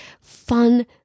fun